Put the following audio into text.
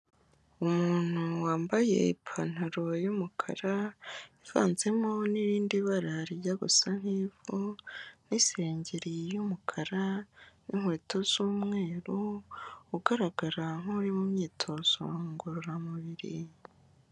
Umuntu wambaye ipantaro y'umukara, ivanzemo n'irindi bara rijya gusa ivu n'isengeri y'umukara n'inkweto z'umweru, ugaragara nk'uri mu myitozo ngororamubiri.